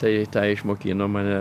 tai tą išmokino mane